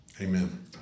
amen